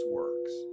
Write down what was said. works